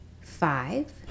Five